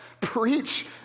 preach